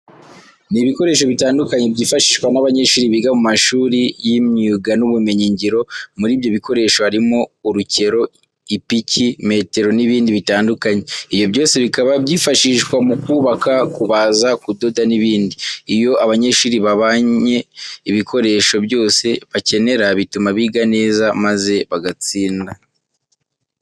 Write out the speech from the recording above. Ni ibikoresho bitandukanye byifashishwa n'abanyeshuri biga mu mashuri y'imyiga n'ubumenyingiro. Muri ibyo bikoresho harimo urukero, ipiki, metero n'ibindi bitandukanye. Ibyo byose bikaba byifashishwa mu kubaka, kubaza, kudoda n'ibindi. Iyo abanyeshuri babanye ibikoresho byose bakenera bituma biga neza maze bagatsinda.